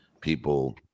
people